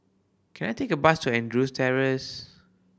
can I take a bus to Andrews Terrace